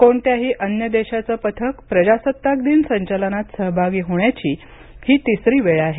कोणत्याही अन्य देशाचं पथक प्रजासत्ताक दिन संचलनात सहभागी होण्याची ही तिसरी वेळ आहे